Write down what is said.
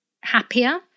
happier